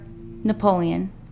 Napoleon